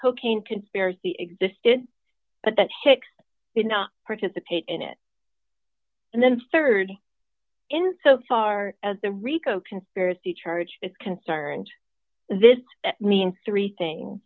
cocaine conspiracy existed but that hicks did not participate in it and then rd in so far as the rico conspiracy charge is concerned this means three things